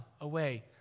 away